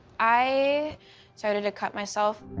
i started to cut myself.